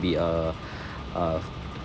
it'll be uh uh